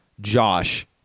Josh